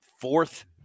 fourth